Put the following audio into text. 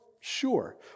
Sure